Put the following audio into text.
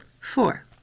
Four